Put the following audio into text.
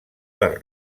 les